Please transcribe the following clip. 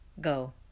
Go